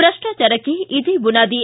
ಭ್ರಷ್ಟಾಚಾರಕ್ಕೆ ಇದೇ ಬುನಾದಿ